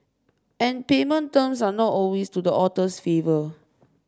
and payment terms are not always to the author's favour